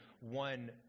one